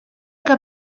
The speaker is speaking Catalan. que